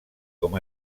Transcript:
com